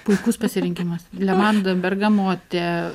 puikus pasirinkimas levanda bergamotė